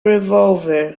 revolver